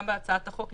גם בהצעת החוק,